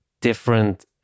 different